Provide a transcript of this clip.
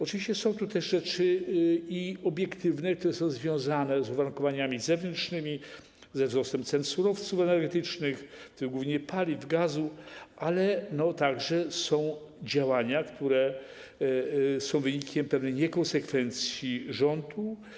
Oczywiście są tu też czynniki obiektywne, związane z uwarunkowaniami zewnętrznymi, ze wzrostem cen surowców energetycznych, głównie paliw, gazu, ale są także działania, które są wynikiem pewnej niekonsekwencji rządu.